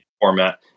format